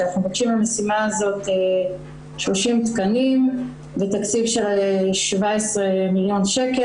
שאנחנו מבקשים למשימה הזאת 30 תקנים בתקציב של 17 מיליון שקל,